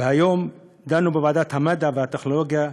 והיום דנו בוועדת המדע והטכנולוגיה,